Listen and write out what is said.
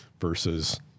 versus